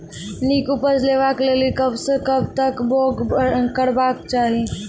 नीक उपज लेवाक लेल कबसअ कब तक बौग करबाक चाही?